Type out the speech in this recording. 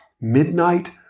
midnight